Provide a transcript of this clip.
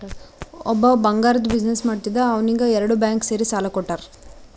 ಒಬ್ಬವ್ ಬಂಗಾರ್ದು ಬಿಸಿನ್ನೆಸ್ ಮಾಡ್ತಿದ್ದ ಅವ್ನಿಗ ಎರಡು ಬ್ಯಾಂಕ್ ಸೇರಿ ಸಾಲಾ ಕೊಟ್ಟಾರ್